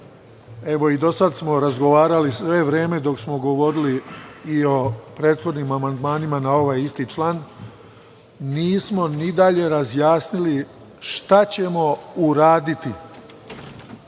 evo, i do sada smo razgovarali sve vreme dok smo govorili i o prethodnim amandmanima na ovaj isti član, nismo i dalje razjasnili šta ćemo uraditi,